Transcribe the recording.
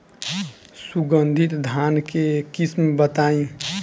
सुगंधित धान के किस्म बताई?